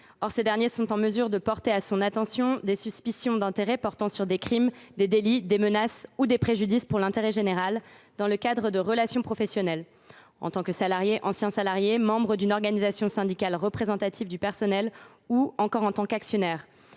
Or ces derniers sont en mesure de porter à son attention des suspicions d’intérêt concernant un crime, un délit, une menace ou un préjudice pour l’intérêt général dans le cadre d’une relation professionnelle, que ce soit en tant que salarié, qu’ancien salarié, que membre d’une organisation syndicale représentative du personnel ou encore en tant qu’actionnaire.